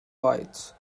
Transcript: lights